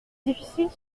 difficile